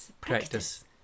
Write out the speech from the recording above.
practice